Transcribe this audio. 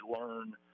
learn